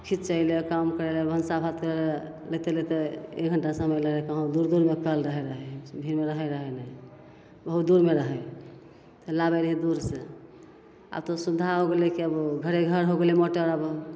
खिचै ले काम करै ले भनसाभात करै ले लएते लएते एक घण्टा समय लै रहै कहाँ दूर दूरमे कल रहै भीड़मे रहै रहि नहि बहुत दूरमे रहै तऽ लाबै रहै दूरसे आब तऽ सुविधा हो गेलै कि आब घरे घर हो गेलै मोटर आब